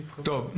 טוב,